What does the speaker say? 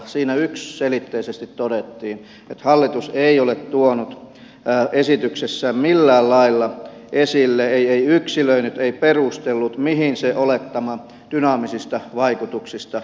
siinä yksiselitteisesti todettiin että hallitus ei ole tuonut esityksessään millään lailla esille ei yksilöinyt ei perustellut mihin se olettama dynaamisista vaikutuksista liittyi